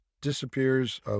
disappears